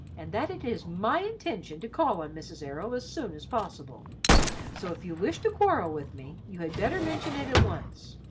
and that it is my intention to call on ah mrs. errol as soon as possible so if you wish to quarrel with me, you had better mention it at once.